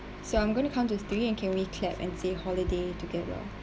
so I'm going to count to three and can we clap and say holiday together